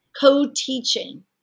co-teaching